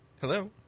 Hello